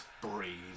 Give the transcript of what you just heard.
breathe